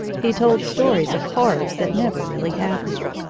he told stories of horrors that never really happened.